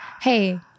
hey